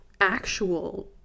actual